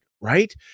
right